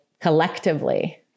collectively